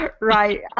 Right